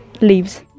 leaves